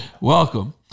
welcome